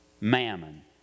mammon